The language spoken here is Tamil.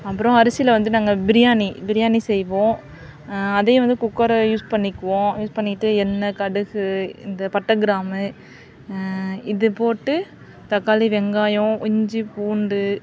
அப்புறோம் அரிசியில் நாங்கள் வந்து பிரியாணி பிரியாணி செய்வோம் அதையே வந்து குக்கரை யூஸ் பண்ணிக்குவோம் யூஸ் பண்ணிக்கிட்டு எண்ணெய் கடுகு இந்த பட்டை கிராம் இது போட்டு தக்காளி வெங்காயம் இஞ்சி பூண்டு